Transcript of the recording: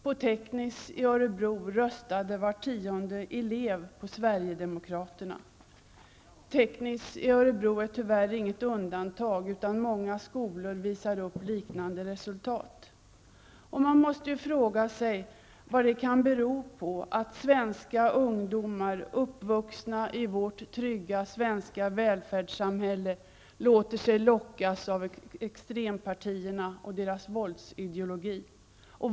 På Teknis i Örebro röstade var tionde elev på Sverigedemokraterna. Teknis i Örebro är tyvärr inget undantag, utan många skolor visade upp liknande resultat. Man måste fråga sig vad det kan bero på att svenska ungdomar, uppvuxna i vårt trygga svenska välfärdssamhälle, låter sig lockas av extrempartierna och deras våldsideologi.